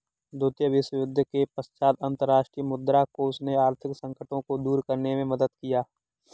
द्वितीय विश्वयुद्ध के पश्चात अंतर्राष्ट्रीय मुद्रा कोष ने आर्थिक संकटों को दूर करने में मदद किया